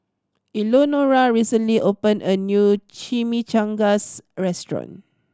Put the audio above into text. Eleonora recently opened a new Chimichangas restaurant